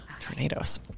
Tornadoes